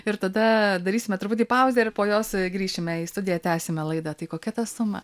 ir tada darysime truputį pauzę ir po jos grįšime į studiją tęsime laidą tai kokia ta suma